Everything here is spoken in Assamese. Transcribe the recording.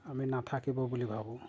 আমি নাথাকিব বুলি ভাবোঁ